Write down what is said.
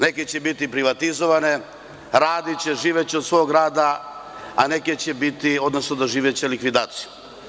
Neke će biti privatizovane, radiće, živeće od svog rada, a neke će doživeti likvidaciju.